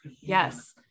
Yes